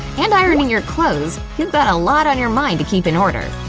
and ironing your clothes, you've got a lot on your mind to keep in order.